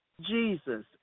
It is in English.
Jesus